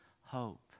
hope